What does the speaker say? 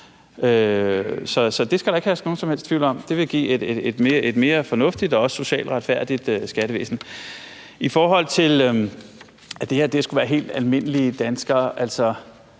det skal der ikke herske nogen som helst tvivl om. Det vil give et mere fornuftigt og også socialt retfærdigt skattevæsen. I forhold til at det her skulle være helt almindelige danskere,